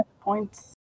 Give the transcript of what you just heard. points